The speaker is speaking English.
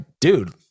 dude